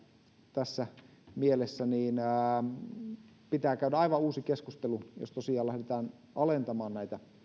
tässä mielessä pitää käydä aivan uusi keskustelu jos tosiaan lähdetään alentamaan näitä